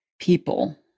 people